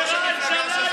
ראש המפלגה שלך,